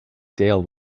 dale